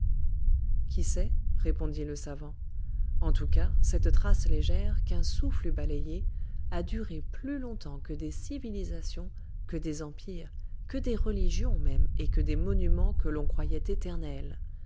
qui sait répondit le savant en tout cas cette trace légère qu'un souffle eût balayée a duré plus longtemps que des civilisations que des empires que les religions mêmes et que les monuments que l'on croyait éternels